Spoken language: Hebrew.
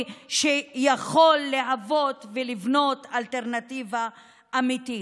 שיכול להוות ולבנות אלטרנטיבה אמיתית.